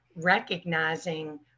recognizing